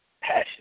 passion